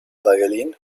violin